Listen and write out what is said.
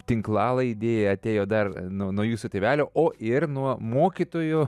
tinklalaidėje atėjo dar nuo nuo jūsų tėvelio o ir nuo mokytojo